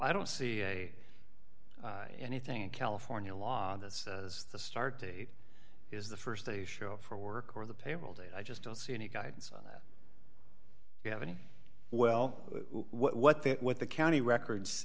i don't see a anything in california law that says the start date is the st they show up for work or the payroll date i just don't see any guidance on that you have any well what they what the county records